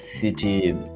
City